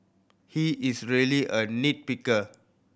he is a really a nit picker